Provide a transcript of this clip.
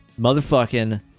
Motherfucking